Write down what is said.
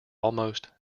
almost